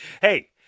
Hey